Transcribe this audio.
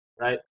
right